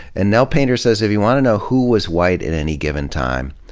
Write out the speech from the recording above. and nell painter says if you want to know who was white at any given time,